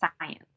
science